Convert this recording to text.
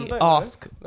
ask